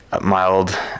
mild